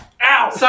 Ow